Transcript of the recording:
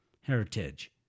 heritage